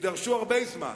יידרש הרבה זמן